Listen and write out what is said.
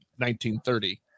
1930